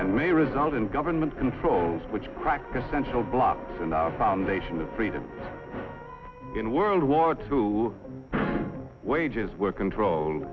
and may result in government controls which cracked essential blocks and the foundation of freedom in world war two wages were controlled